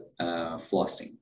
flossing